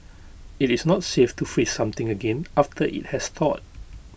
IT is not safe to freeze something again after IT has thawed